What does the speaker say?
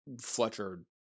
Fletcher